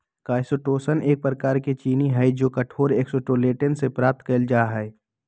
chitosan एक प्रकार के चीनी हई जो कठोर एक्सोस्केलेटन से प्राप्त कइल जा हई